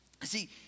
See